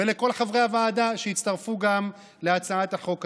ולכל חברי הוועדה, שהצטרפו גם להצעת החוק הזו.